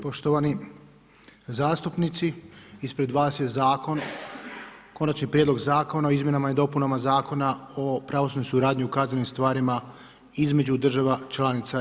Poštovani zastupnici, ispred vas je konačni prijedlog zakona o izmjenama i dopunama Zakona o pravosudnoj suradnji i kaznenim stvarima, između država članica EU.